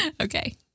Okay